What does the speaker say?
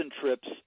trips